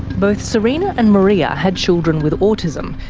both sarina and maria had children with autism,